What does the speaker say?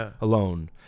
alone